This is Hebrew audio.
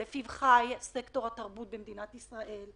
שלפיו חי סקטור התרבות במדינת ישראל.